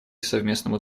совместному